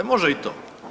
Može i to.